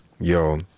Yo